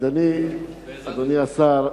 בעזרת השם.